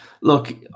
look